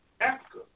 Africa